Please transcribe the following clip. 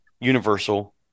Universal